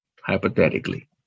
hypothetically